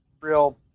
real